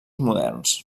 moderns